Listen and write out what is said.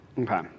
Okay